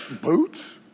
Boots